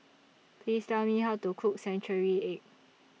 Please Tell Me How to Cook Century Egg